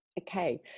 Okay